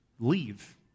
Leave